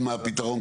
הפתרון?